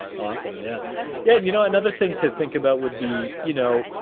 awesome. yeah yeah. and you know, another thing to think about would be, you know,